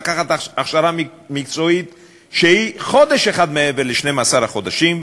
לקחת את ההכשרה המקצועית שהיא חודש אחד מעבר ל-12 החודשים,